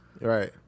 Right